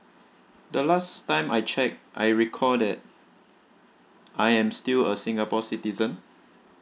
the last time I checked I recall that I'm still a singapore citizen